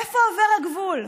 איפה עובר הגבול.